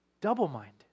double-minded